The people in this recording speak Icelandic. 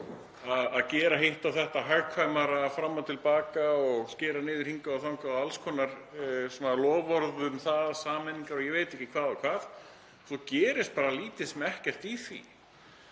að gera hitt og þetta hagkvæmara fram og til baka og skera niður hingað og þangað og alls konar loforð um sameiningar og ég veit ekki hvað og hvað og svo gerist bara lítið sem ekkert í því.